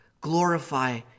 glorify